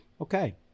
Okay